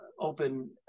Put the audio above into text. open